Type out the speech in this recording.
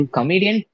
Comedian